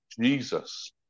Jesus